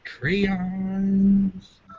Crayons